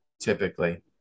typically